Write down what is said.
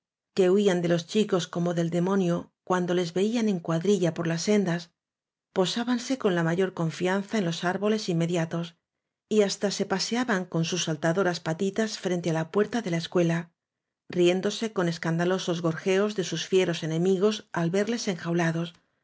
qne huían de los chicos como del demo nio cuando les veían en cuadrilla por las sendas posábanse con la mayor confianza en los árbo les inmediatos y hasta se paseaban con sus saltadoras patitas frente á la puerta de la es cuela riéndose con escandalosos gorjeos de sus fieros enemigos al verles enjaulados